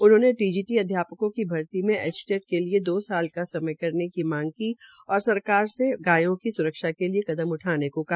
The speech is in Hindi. उन्होंने टीजीटी अध्यापकों की भर्ती में एचटेट के लिए दो साल का समय करने की मांग भी की और सरकार से गायों की स्रक्षा के लिए कदम उठाने को कहा